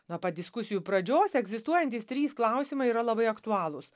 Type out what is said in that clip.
nuo pat diskusijų pradžios egzistuojantys trys klausimai yra labai aktualūs